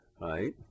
right